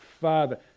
father